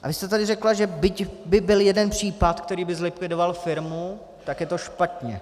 A vy jste tady řekla, že byť by byl jeden případ, který by zlikvidoval firmu, tak je to špatně.